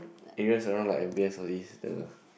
areas around like M_B_S all these the